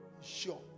Sure